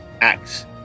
Acts